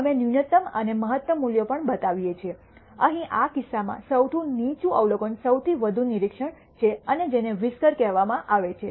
અમે ન્યૂનતમ અને મહત્તમ મૂલ્યો પણ બતાવીએ છીએ અહીં આ કિસ્સામાં સૌથી નીચું અવલોકન સૌથી વધુ નિરીક્ષણ છે અને જેને વ્હિસ્કર કહેવામાં આવે છે